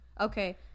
Okay